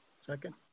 second